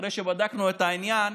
אחרי שבדקנו את העניין.